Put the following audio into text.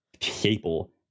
people